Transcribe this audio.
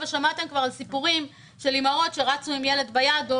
שמעתם כבר על סיפורים של אימהות שרצו עם ילד ביד או